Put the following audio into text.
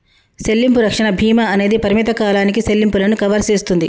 సెల్లింపు రక్షణ భీమా అనేది పరిమిత కాలానికి సెల్లింపులను కవర్ సేస్తుంది